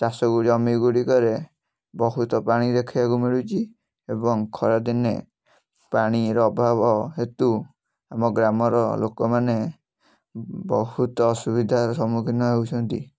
ଚାଷକୁ ଜମିଗୁଡ଼ିକରେ ବହୁତ ପାଣି ଦେଖିବାକୁ ମିଳୁଛି ଏବଂ ଖରାଦିନେ ପାଣିର ଅଭାବ ହେତୁ ଆମ ଗ୍ରାମର ଲୋକମାନେ ବହୁତ ଅସୁବିଧାର ସମ୍ମୁଖୀନ ହେଉଛନ୍ତି